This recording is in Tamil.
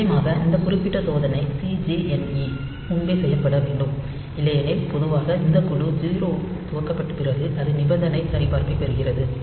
நிச்சயமாக இந்த குறிப்பிட்ட சோதனை CJNE முன்பே செய்யப்பட வேண்டும் இல்லையெனில் பொதுவாக இந்த குழு 0 க்கு துவக்கப்பட்ட பிறகு அது நிபந்தனை சரிபார்ப்பைப் பெறுகிறது